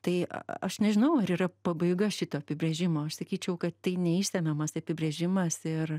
tai aš nežinau ar yra pabaiga šito apibrėžimo aš sakyčiau kad tai neišsemiamas apibrėžimas ir